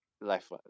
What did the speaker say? life